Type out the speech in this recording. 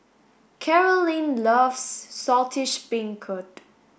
Carolynn loves Saltish Beancurd